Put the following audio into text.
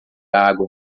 água